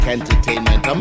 Entertainment